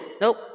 Nope